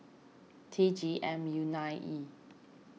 T G M U nine E